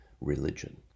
religion